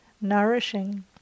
nourishing